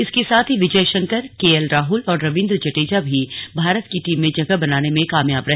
इसके साथ ही विजय शंकर के एल राहुल और रविंद्र जडेजा भी भारत की टीम में जगह बनाने में कामयाब रहे